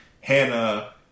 Hannah